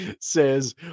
says